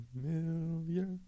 Familiar